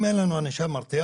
אם אין לנו ענישה מרתיעה,